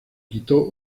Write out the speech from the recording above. quitó